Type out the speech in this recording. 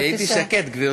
הייתי שקט, גברתי.